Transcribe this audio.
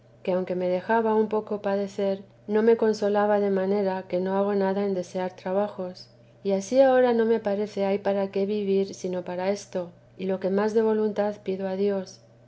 que aunque me dejaba un poco padei me consolaba de manera que no hago nada en desear trabajos y ansí ahora no me parece hay para qué vivir sino para esto y lo que más de voluntad pido a dios